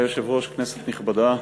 אדוני היושב-ראש, כנסת נכבדה,